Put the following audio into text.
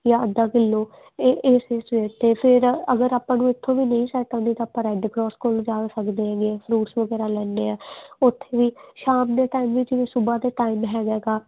ਜਾਂ ਅੱਧਾ ਕਿੱਲੋ ਅਤੇ ਇਹ ਸਸਟੀਮ ਹੈ ਫਿਰ ਅਗਰ ਆਪਾਂ ਨੂੰ ਇੱਥੋਂ ਵੀ ਨਹੀਂ ਸੈਟ ਆਉਂਦੀ ਤਾਂ ਆਪਾਂ ਰੈਡ ਕਰੋਸ ਕੋਲ ਜਾ ਸਕਦੇ ਹੈਗੇ ਫਰੂਟਸ ਵਗੈਰਾ ਲੈਂਦੇ ਆ ਉੱਥੇ ਵੀ ਸ਼ਾਮ ਦੇ ਟਾਈਮ ਵਿੱਚ ਵੀ ਸੁਬਹਾ ਦੇ ਟਾਈਮ ਹੈਗਾ ਗਾ